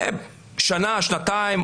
שנה, שנתיים.